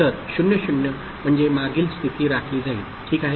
तर 0 0 म्हणजे मागील स्थिती राखली जाईल ठीक आहे